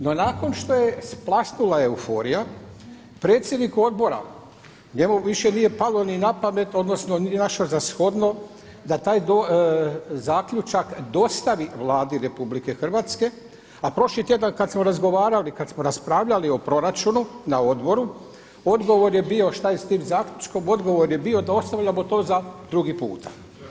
No nakon što je splasnula euforija predsjednik odbora, njemu više nije palo ni na pamet odnosno nije našao za shodno da taj zaključak dostavi Vladi RH, a prošli tjedan kada smo razgovarali kada smo raspravljali o proračunu na odboru, odgovor je bio šta je s tim zaključkom, odgovor je bio da ostavljamo to za drugi puta.